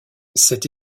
cette